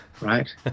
right